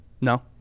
No